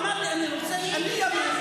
הוא אמר לי: אני ימין,